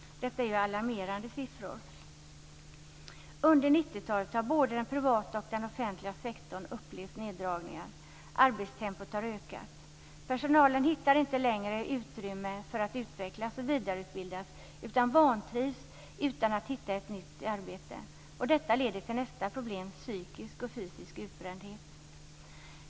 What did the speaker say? Detta är alarmerande siffror. Under 90-talet har både den privata och den offentliga sektorn upplevt neddragningar. Arbetstempot har ökat. Personalen hittar inte längre utrymme för att utvecklas och vidareutbildas, utan den vantrivs utan att hitta ett nytt arbete. Detta leder till nästa problem: psykisk och fysisk utbrändhet.